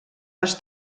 les